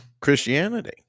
Christianity